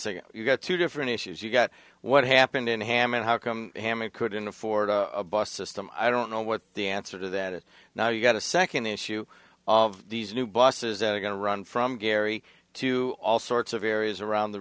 saying you've got two different issues you've got what happened in hammond how come hammett couldn't afford a bus system i don't know what the answer to that now you've got a second issue of these new buses that are going to run from gary to all sorts of areas around the